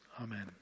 Amen